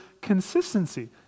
consistency